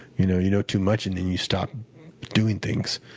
you know you know too much and then you stop doing things.